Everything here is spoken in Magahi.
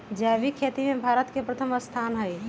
जैविक खेती में भारत के प्रथम स्थान हई